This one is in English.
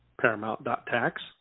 paramount.tax